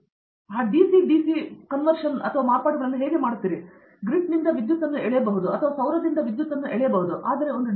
ಆದ್ದರಿಂದ ನೀವು ಆ DC DC ಮಾರ್ಪಾಡುಗಳನ್ನು ಹೇಗೆ ಮಾಡುತ್ತೀರಿ ನೀವು ಗ್ರಿಡ್ನಿಂದ ವಿದ್ಯುತ್ ಅನ್ನು ಎಳೆಯಬಹುದು ಅಥವಾ ಸೌರದಿಂದ ವಿದ್ಯುತ್ ಅನ್ನು ಎಳೆಯಬಹುದು ಆದರೆ ಒಂದು ಡಿ